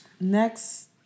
next